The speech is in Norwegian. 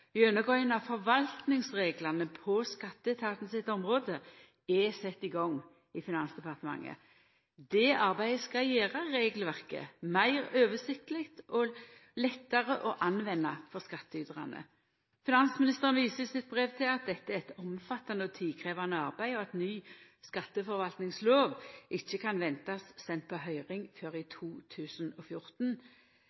gjennomgåing av forvaltingsreglane på skatteetaten sitt område, er sett i gang i Finansdepartementet. Dette arbeidet skal gjera regelverket meir oversiktleg og lettare å bruka for skattytarane. Finansministeren viser i sitt brev til at dette er eit omfattande og tidkrevjande arbeid, og at ny skatteforvaltingslov ikkje kan ventast å bli send på høyring før i